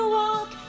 walk